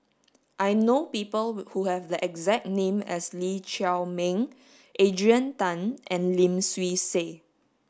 I know people who have the exact name as Lee Chiaw Meng Adrian Tan and Lim Swee Say